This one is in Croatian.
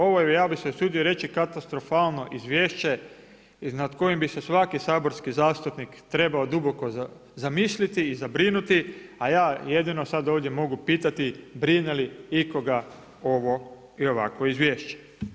Ovo je, ja bi se usudio reći, katastrofalno izvješće nad kojim bi se svaki saborski zastupnik trebao duboko zamisliti i zabrinuti a ja jedino sad ovdje mogu pitati brine li ikoga ovo i ovakvo izvješće?